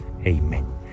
Amen